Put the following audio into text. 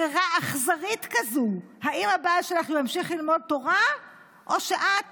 ברירה אכזרית כזאת: האם הבעל שלך ממשיך ללמוד תורה או שאת